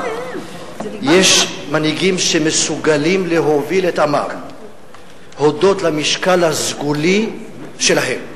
יש מנהיגים שמסוגלים להוביל את עמם הודות למשקל הסגולי שלהם,